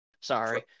Sorry